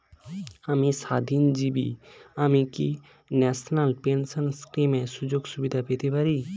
আমি স্বাধীনজীবী আমি কি ন্যাশনাল পেনশন স্কিমের সুযোগ সুবিধা পেতে পারি?